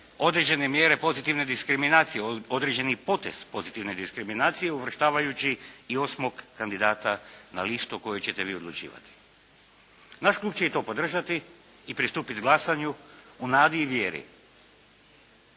određene mjere pozitivne diskriminacije, određeni potez pozitivne diskriminacije uvrštavajući i osmog kandidata na listu o kojoj ćete vi odlučivati. Naš klub će i to podržati i pristupiti glasanju u nadi i vjeri